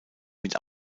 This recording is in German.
mit